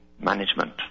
management